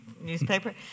newspaper